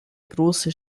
große